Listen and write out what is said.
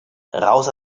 raus